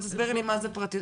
--- תסבירי לי מה זה פרטיות.